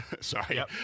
Sorry